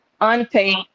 unpaid